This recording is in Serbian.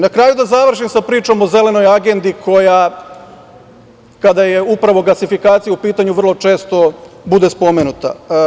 Na kraju, da završim sa pričom o Zelenoj agendi koja, kada je upravo gasifikacija u pitanju, vrlo često bude spomenuta.